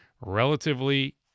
relatively